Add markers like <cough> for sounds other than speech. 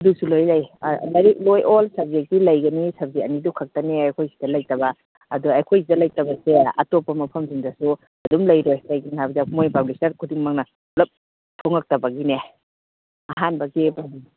ꯑꯗꯨꯁꯨ ꯂꯣꯏ ꯂꯩ ꯂꯥꯏꯔꯤꯛ ꯂꯣꯏ ꯑꯣꯜ ꯁꯞꯖꯦꯛꯇꯤ ꯂꯩꯒꯅꯤ ꯁꯞꯖꯦꯛ ꯑꯅꯤꯗꯨ ꯈꯛꯇꯅꯦ ꯑꯩꯈꯣꯏꯁꯤꯗ ꯂꯩꯇꯕ ꯑꯗꯣ ꯑꯩꯈꯣꯏ ꯁꯤꯗ ꯂꯩꯇꯕꯁꯦ ꯑꯇꯣꯞꯄ ꯃꯐꯝꯁꯤꯡꯗꯁꯨ ꯑꯗꯨꯝ ꯂꯩꯔꯣꯏ ꯀꯩꯒꯤꯅꯣ ꯍꯥꯏꯕꯗ ꯃꯣꯏ ꯄꯥꯕ꯭ꯂꯤꯁꯔ ꯈꯨꯗꯤꯡꯃꯛꯅ ꯄꯨꯂꯞ ꯐꯣꯡꯉꯛꯇꯕꯒꯤꯅꯦ ꯑꯍꯥꯟꯕꯒꯤ <unintelligible>